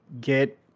get